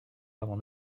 avant